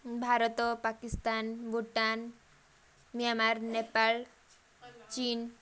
Bharat Pakistan Bhutan Myanmar Nepal Chin